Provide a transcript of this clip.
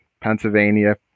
Pennsylvania